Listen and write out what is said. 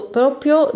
proprio